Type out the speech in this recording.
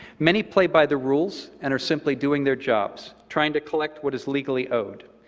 many play by the rules and are simply doing their jobs, trying to collect what is legally owed.